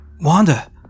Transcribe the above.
Wanda